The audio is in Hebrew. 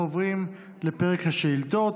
אנחנו עוברים לפרק השאילתות.